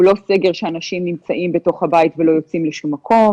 הוא לא סגר שאנשים נמצאים בתוך הבית ולא יוצאים לשום מקום.